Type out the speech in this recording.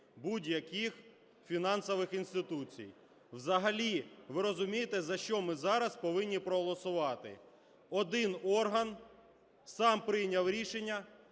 будь-яких фінансових інституцій. Взагалі ви розумієте, за що ми зараз повинні проголосувати? Один орган сам прийняв рішення